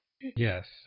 Yes